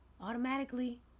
automatically